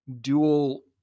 dual